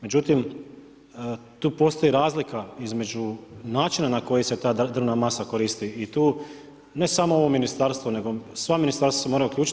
Međutim, tu postoji razlika između načina na koji se ta drvna masa koristi i tu ne samo ovo Ministarstvo, nego sva ministarstva se moraju uključiti.